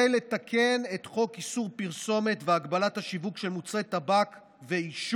היא לתקן את חוק איסור פרסומת והגבלת השיווק של מוצרי טבק ועישון,